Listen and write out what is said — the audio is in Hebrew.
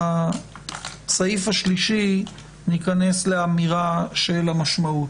בסעיף השלישי ניכנס לאמירה של המשמעות.